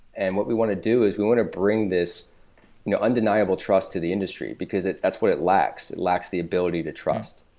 and what we want to do is we want to bring this you know undeniable trust to the industry, because that's what it lacks. it lacks the ability to trust.